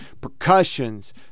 percussions